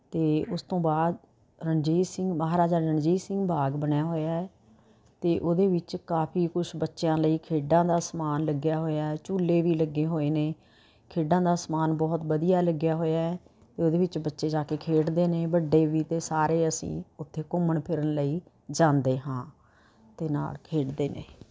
ਅਤੇ ਉਸ ਤੋਂ ਬਾਅਦ ਰਣਜੀਤ ਸਿੰਘ ਮਹਾਰਾਜਾ ਰਣਜੀਤ ਸਿੰਘ ਬਾਗ਼ ਬਣਿਆ ਹੋਇਆ ਹੈ ਅਤੇ ਉਹਦੇ ਵਿੱਚ ਕਾਫੀ ਕੁਛ ਬੱਚਿਆਂ ਲਈ ਖੇਡਾਂ ਦਾ ਸਮਾਨ ਲੱਗਿਆ ਹੋਇਆ ਹੈ ਝੂਲੇ ਵੀ ਲੱਗੇ ਹੋਏ ਨੇ ਖੇਡਾਂ ਦਾ ਸਮਾਨ ਬਹੁਤ ਵਧੀਆ ਲੱਗਿਆ ਹੋਇਆ ਹੈ ਉਹਦੇ ਵਿੱਚ ਬੱਚੇ ਜਾ ਕੇ ਖੇਡਦੇ ਨੇ ਵੱਡੇ ਵੀ ਅਤੇ ਸਾਰੇ ਅਸੀਂ ਉੱਥੇ ਘੁੰਮਣ ਫਿਰਨ ਲਈ ਜਾਂਦੇ ਹਾਂ ਅਤੇ ਨਾਲ਼ ਖੇਡਦੇ ਨੇ